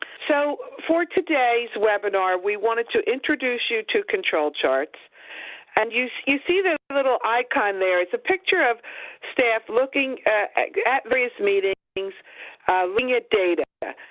so, for today's webinar we wanted to introduce you to control charts and you see see the little icon there, it's a picture of staff looking at various meetings, looking at data,